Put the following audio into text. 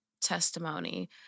testimony